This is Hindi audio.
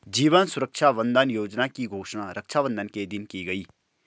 जीवन सुरक्षा बंधन योजना की घोषणा रक्षाबंधन के दिन की गई